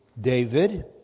David